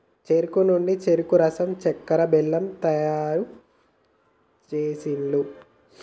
చెరుకు నుండి చెరుకు రసం చెక్కర, బెల్లం తయారు చేస్తాండ్లు